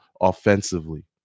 offensively